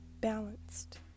balanced